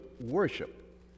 worship